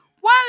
one